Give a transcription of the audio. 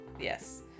Yes